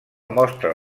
mostra